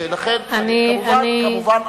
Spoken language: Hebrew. כמובן,